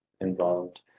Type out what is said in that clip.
involved